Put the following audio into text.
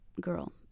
girl